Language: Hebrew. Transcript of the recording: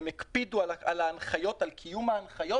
הם הקפידו על קיום ההנחיות,